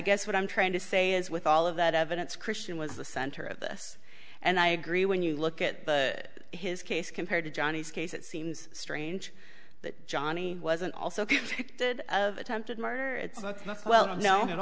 guess what i'm trying to say is with all of that evidence christian was the center of this and i agree when you look at his case compared to johnny's case it seems strange that johnny wasn't also if he did of attempted murder it's well known and